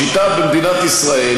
השיטה במדינת ישראל,